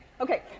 Okay